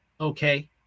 Okay